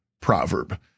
proverb